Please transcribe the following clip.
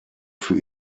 für